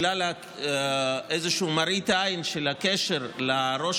בגלל איזושהי מראית עין של הקשר לראש